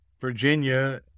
Virginia